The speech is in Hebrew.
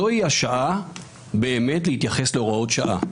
זוהי השעה באמת להתייחס להוראות שעה,